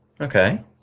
Okay